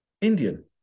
indian